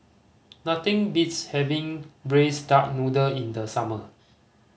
nothing beats having Braised Duck Noodle in the summer